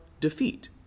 defeat